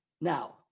Now